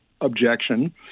objection